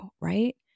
right